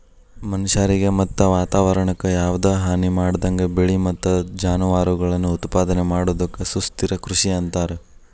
ಮನಷ್ಯಾರಿಗೆ ಮತ್ತ ವಾತವರಣಕ್ಕ ಯಾವದ ಹಾನಿಮಾಡದಂಗ ಬೆಳಿ ಮತ್ತ ಜಾನುವಾರಗಳನ್ನ ಉತ್ಪಾದನೆ ಮಾಡೋದಕ್ಕ ಸುಸ್ಥಿರ ಕೃಷಿ ಅಂತಾರ